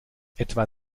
etwa